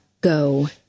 go